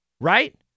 right